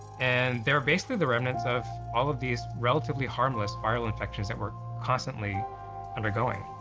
and they're basically the remnants of all of these relatively harmless viral infections that we're constantly undergoing.